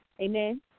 Amen